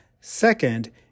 Second